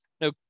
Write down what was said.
no